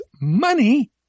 money